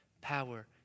power